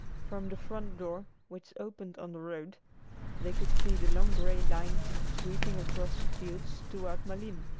from the front door, which opened on the road they could see the long gray line sweeping across the fields toward malines.